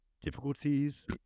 difficulties